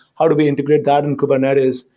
how do we integrate that in kubernetes?